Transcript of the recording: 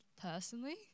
personally